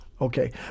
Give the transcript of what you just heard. Okay